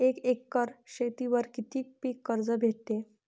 एक एकर शेतीवर किती पीक कर्ज भेटते?